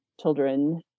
children